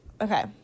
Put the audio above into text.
Okay